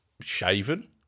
shaven